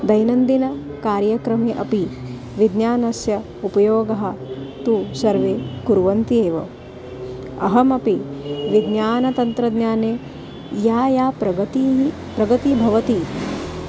दैनन्दिनकार्यक्रमे अपि विज्ञानस्य उपयोगं तु सर्वे कुर्वन्ति एव अहमपि विज्ञानतन्त्रज्ञाने या या प्रगतिः प्रगतिः भवति